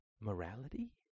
Morality